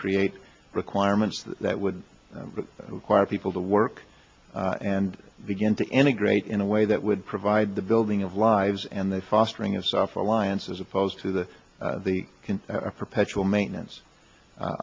create requirements that would require people to work and begin to integrate in a way that would provide the building of lives and they fostering a sufferer lions as opposed to the perpetual maintenance